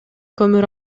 көмүр